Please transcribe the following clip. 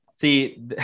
See